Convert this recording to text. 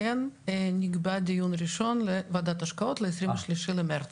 נקבע דיון ראשון בוועדת ההשקעות ב-23 במרץ.